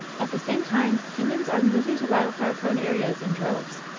at the same time, humans are moving to wildfire prone areas in droves.